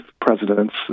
presidents